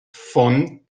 von